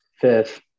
fifth